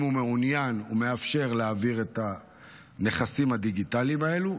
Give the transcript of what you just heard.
אם הוא מעוניין ומאפשר להעביר את הנכסים הדיגיטליים האלה,